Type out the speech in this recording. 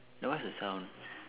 then what's the sound